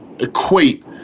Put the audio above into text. equate